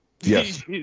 Yes